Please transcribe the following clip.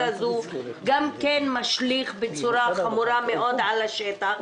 הזו משליך גם כן בצורה חמורה מאוד על השטח,